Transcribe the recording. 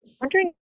Wondering